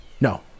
no